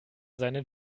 seinen